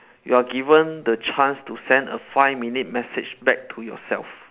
you are given the chance to send a five minute message back to yourself